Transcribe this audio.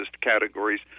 categories